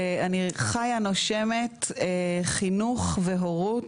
אני חיה ונושמת חינוך והורות,